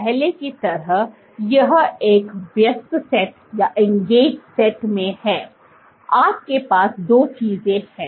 पहले की तरह यह एक व्यस्त सेट में है आपके पास दो चीजें हैं